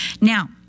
Now